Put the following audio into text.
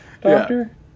doctor